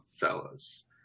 Fellas